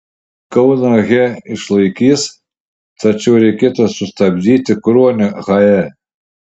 kauno he išlaikys tačiau reikėtų sustabdyti kruonio hae